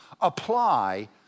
apply